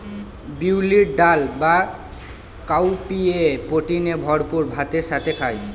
বিউলির ডাল বা কাউপিএ প্রোটিনে ভরপুর ভাতের সাথে খায়